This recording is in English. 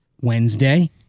Wednesday